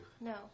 No